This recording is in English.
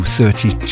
thirty